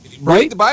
right